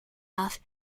off